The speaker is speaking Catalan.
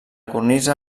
cornisa